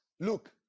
look